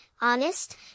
honest